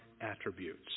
attributes